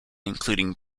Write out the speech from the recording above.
include